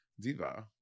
diva